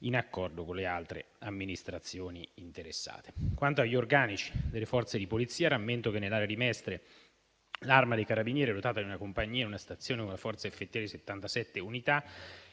in accordo con le altre amministrazioni interessate. Quanto agli organici delle Forze di polizia, rammento che nell'area di Mestre l'Arma dei carabinieri è dotata di una compagnia e di una stazione, con una forza effettiva di 77 unità,